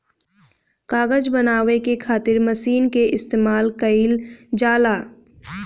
कागज बनावे के खातिर मशीन के इस्तमाल कईल जाला